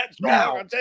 now